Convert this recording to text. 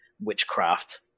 witchcraft